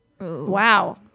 Wow